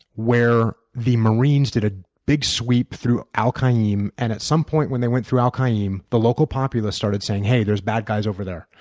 where the marines did a big sweep through al-qa'im and at some point when they went through al-qa'im, the local populous started saying hey, there's bad guys over there.